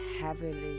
heavily